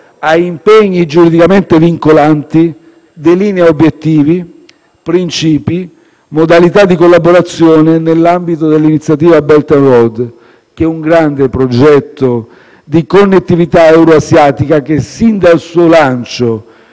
a impegni giuridicamente vincolanti, delinea obiettivi, principi, modalità di collaborazione nell'ambito dell'iniziativa Belt and Road, che è un grande progetto di connettività euroasiatica e che, sin dal suo lancio,